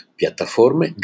piattaforme